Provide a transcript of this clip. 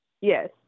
Yes